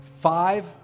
Five